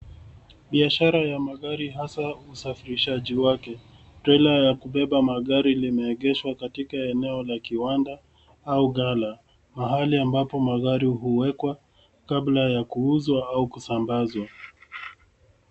Biashara ya magari hasaa usafirishaji wake. Trela ya kubeba magari limeegeshwa katika eneo la kiwanda au gala, mahali ambapo magari huwekwa kabla ya kuuzwa au kusambazwa.